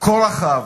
כה רחב